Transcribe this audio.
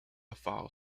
file